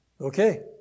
Okay